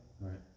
right